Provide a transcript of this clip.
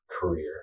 career